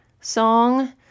song